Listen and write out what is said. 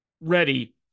ready